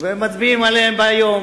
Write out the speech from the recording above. ומצביעים עליהם היום.